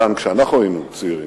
דן, כשאנחנו היינו צעירים.